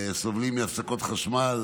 סובלים מהפסקות חשמל